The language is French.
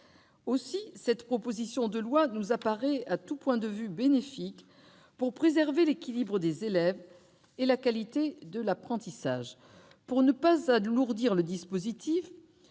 Aussi cette proposition de loi nous apparaît-elle à tout point de vue bénéfique pour préserver l'équilibre des élèves et la qualité de l'apprentissage. Je me félicite de l'adoption